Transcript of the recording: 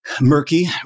murky